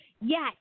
Yes